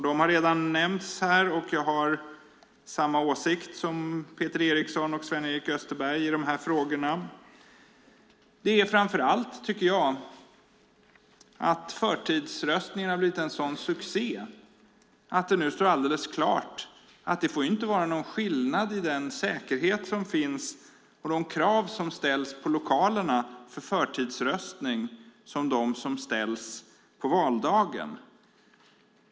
De har redan nämnts här, och jag samma åsikt som Peter Eriksson och Sven-Erik Österberg i de här frågorna. Det handlar framför allt om att förtidsröstningen har blivit en sådan succé att det nu står alldeles klart att det inte får vara någon skillnad mellan lokalerna för förtidsröstning och lokalerna på valdagen när det gäller säkerhet och de krav som ställs på lokalerna.